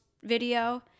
video